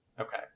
Okay